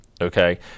okay